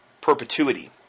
perpetuity